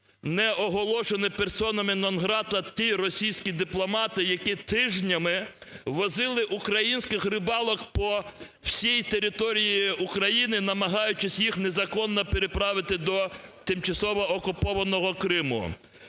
не оголошені персонами нон-грата ті російські дипломати, які тижнями возили українських рибалок по всій території України, намагаючись їх незаконно переправити до тимчасово окупованого Криму?